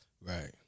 Right